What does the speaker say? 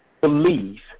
believe